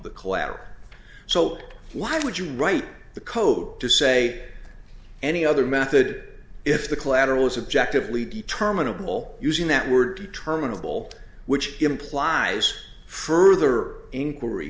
the collateral so why would you write the code to say any other method if the collateral is subjectively determinable using that word terminable which implies further inquiry